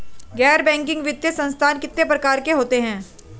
गैर बैंकिंग वित्तीय संस्थान कितने प्रकार के होते हैं?